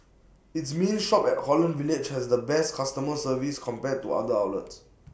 its main shop at Holland village has the best customer service compared to other outlets